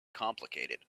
complicated